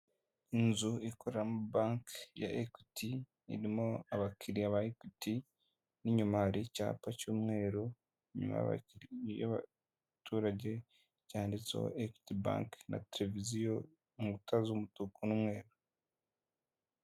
Inzu ikoreramo banki ya Eqeuity, irimo abakiriya ba Equity, n' inyuma hari icyapa cy'umweru, inyuma y'abaturage cyanditseho Equity banki, na televiziyo ku nkuta z' umutuku n'umweru.